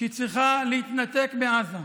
שהיא צריכה להתנתק מעזה,